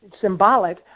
symbolic